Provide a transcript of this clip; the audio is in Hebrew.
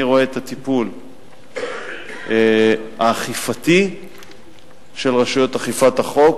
אני רואה את הטיפול האכיפתי של רשויות אכיפת החוק